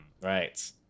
right